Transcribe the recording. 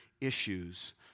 issues